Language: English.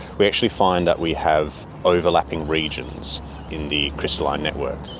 we actually find that we have overlapping regions in the crystalline network.